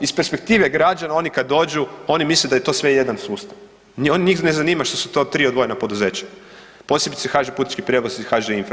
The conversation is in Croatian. Iz perspektive građana oni kad dođu oni misle da je to sve jedan sustav, njih ne zanima što su to 3 odvojena poduzeća, posebice HŽ-Putnički prijevoz i HŽ-Infra.